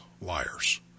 liars